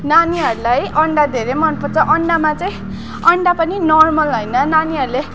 नानीहरूलाई अन्डा धेरै मन पर्छ अन्डामा चाहिँ अन्डा पनि नर्मल होइन नानीहरूले